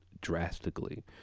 drastically